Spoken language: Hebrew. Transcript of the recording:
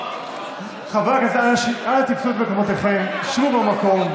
חברי הכנסת, אנא תפסו את מקומותיכם, שבו במקום.